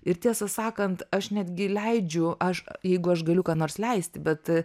ir tiesą sakant aš netgi leidžiu aš jeigu aš galiu ką nors leisti bet